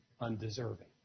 undeserving